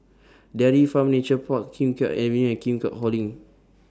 Dairy Farm Nature Park Kim Keat Avenue and Keat Hong LINK